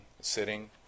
sitting